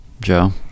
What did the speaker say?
joe